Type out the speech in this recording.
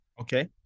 Okay